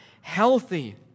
healthy